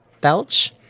belch